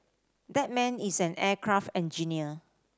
that man is an aircraft engineer